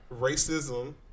racism